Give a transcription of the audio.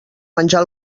menjar